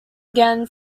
again